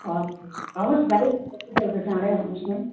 हवस् हवस् भाइ जति सक्दो चाँडै आउनु होस् न